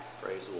Praise